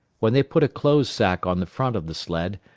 when they put a clothes-sack on the front of the sled,